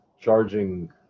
charging